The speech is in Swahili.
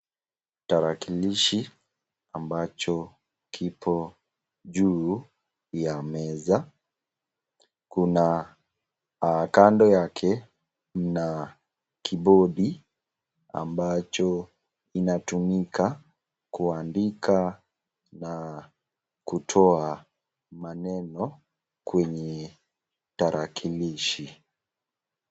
Tarakilishi ambacho kiko juu ya meza kuna kando yake kuna kibodi ambacho inatumika kuandika na kutoa maneno kwenye tarakilishi.